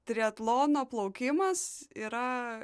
triatlono plaukimas yra